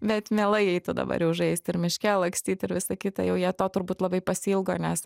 bet mielai eitų dabar jau žaist ir miške lakstyt ir visa kita jau jie to turbūt labai pasiilgo nes